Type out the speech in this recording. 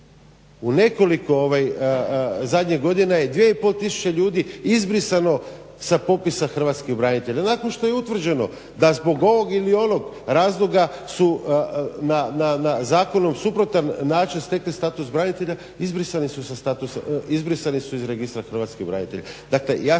u nekoliko zadnjih godina je 2,5 tisuće ljudi izbrisano sa popisa hrvatskih branitelja. Nakon što je utvrđeno da zbog ovog ili onog razloga su na zakonom suprotan način stekli status branitelja, izbrisani su iz Registra hrvatskih branitelja.